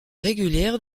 régulière